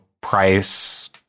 price